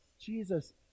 Jesus